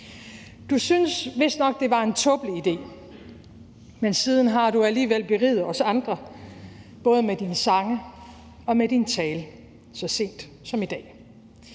Du syntes vistnok, at det var en tåbelig idé, men siden har du alligevel beriget os andre med både dine sange og dine taler – så sent som i dag.